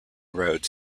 roads